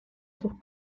sus